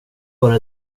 vare